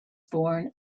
born